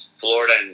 Florida